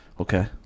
Okay